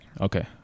okay